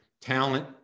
talent